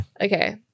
Okay